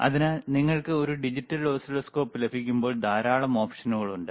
അതിനാൽ നിങ്ങൾക്ക് ഒരു ഡിജിറ്റൽ ഓസിലോസ്കോപ്പ് ലഭിക്കുമ്പോൾ ധാരാളം ഓപ്ഷനുകൾ ഉണ്ട്